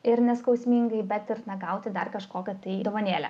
ir neskausmingai bet ir na gauti dar kažkokią tai dovanėlę